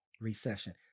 recession